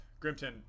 Grimton